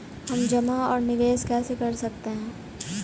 हम जमा और निवेश कैसे कर सकते हैं?